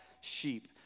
sheep